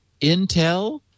Intel